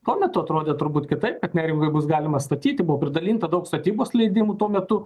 tuo metu atrodė turbūt kitaip kad neringoj bus galima statyti buvo pridalinta daug statybos leidimų tuo metu